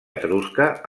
etrusca